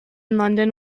london